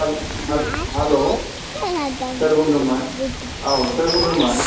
हाल हाल हाल' सोर बुंदोंमोन औ सोर बुंदोंमोन